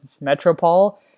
metropole